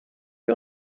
wir